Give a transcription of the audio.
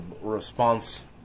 response